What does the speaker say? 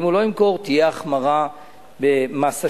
ואם הוא לא ימכור, תהיה החמרה במס השבח.